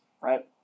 right